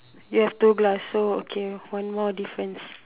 you have two glass so okay one more difference